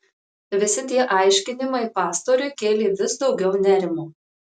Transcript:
visi tie aiškinimai pastoriui kėlė vis daugiau nerimo